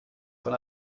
von